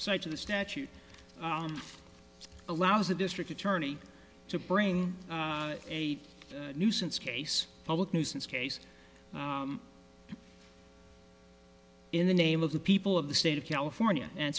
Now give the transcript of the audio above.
say to the statute allows the district attorney to bring a nuisance case public nuisance case in the name of the people of the state of california and